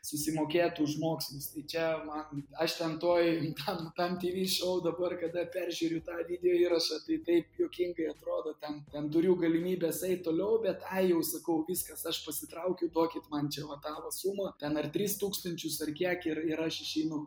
susimokėt už mokslus tai čia man aš ten tuoj tam tam tyvy šou dabar kada peržiūriu tą videoįrašą tai taip juokingai atrodo ten ten turiu galimybes eit toliau bet ką jau sakau viskas aš pasitraukiu duokit man čia va tą va sumą ten ar tris tūkstančius ar kiek ir ir aš išeinu